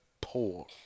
poor